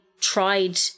tried